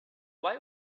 why